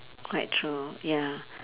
quite true ya